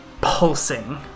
pulsing